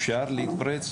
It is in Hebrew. אפשר להתפרץ?